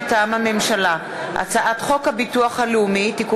מטעם הממשלה: הצעת חוק הביטוח הלאומי (תיקון